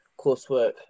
coursework